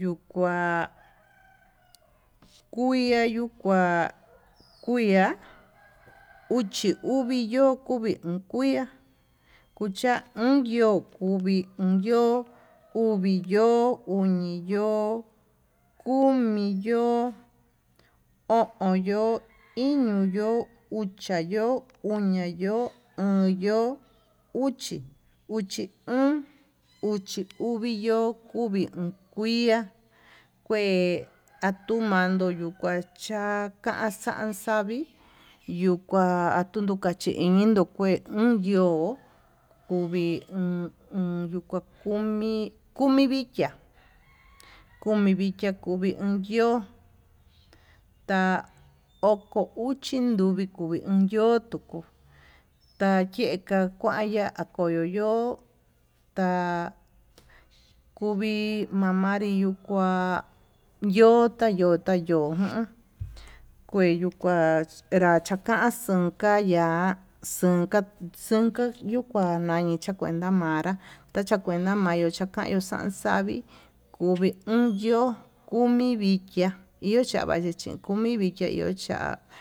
yuu kua iha yuu kua, kuia uxi uvi yoko kuiá kucha unkuvi uvii yo'ó uviyó uñi yo'ó komi yo'ó o'on yo'ó, iño yo'o ucha yo'ó uña'a yo'o uchi yo'o uchi, uchi o'on, uchi yo'ó kuvi o'on kuiá kue atumando yukachia kaxanxavi yuu kua atunuka chinde kue uun yo'ó kuvii o'on o'on yuka komi komi vikia komi vikia komi o'on yo'ó, ta'a oko uxi komi o'on yo'ó tuku tayeka kuaya akoyo yo'ó, ta'a kuvii amanri yuu kuá yota yota yo'ó kue yuu kua era chakan xo'o ka'a ya'á xunka xunka yuu kuana ñii chakuenta manrá tachakuenta mayo chakayu xan xavii komi o'on yo'ó komi vikiá, iho chava chpi chin komi vikia o'on echa'á.